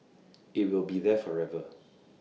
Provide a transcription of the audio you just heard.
IT will be there forever